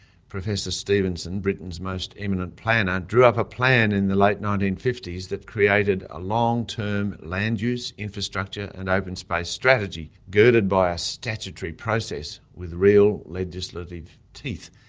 professor stephenson, britain's most eminent planner, drew up a plan in the late nineteen fifty s that created a long-term land use, infrastructure, and open-space strategy girded by a statutory process with real legislative teeth.